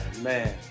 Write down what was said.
man